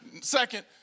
Second